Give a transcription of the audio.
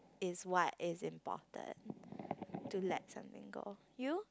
is why is important to let something go you